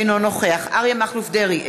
אינו נוכח אריה מכלוף דרעי,